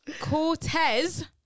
cortez